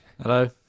Hello